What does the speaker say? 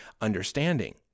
understanding